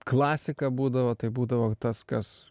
klasika būdavo tai būdavo tas kas